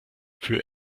für